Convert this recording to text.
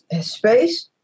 space